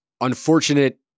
unfortunate